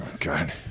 God